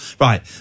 right